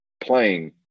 playing